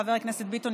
חבר הכנסת ביטון,